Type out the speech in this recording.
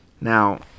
now